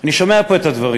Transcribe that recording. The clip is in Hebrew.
אני שומע פה את הדברים.